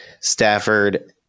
Stafford